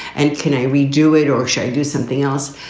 and can we do it or should do something else.